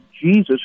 Jesus